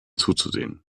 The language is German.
zuzusehen